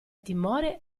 timore